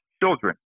children